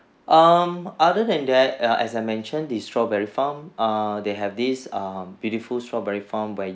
um other than that as I mentioned the strawberry farm err they have this um beautiful strawberry farm where